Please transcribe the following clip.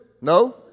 No